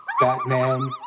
Batman